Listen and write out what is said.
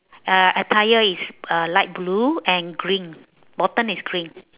uh attire is uh light blue and green bottom is green